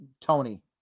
Tony